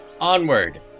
Onward